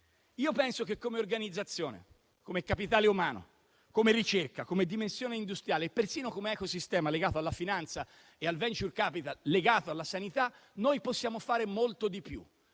Io penso che come organizzazione, come capitale umano, come ricerca, come dimensione industriale e persino come ecosistema legato alla finanza e al *venture capital* legato alla sanità, noi possiamo fare molto di più,